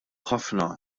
ħafna